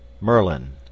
Merlin